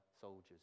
soldiers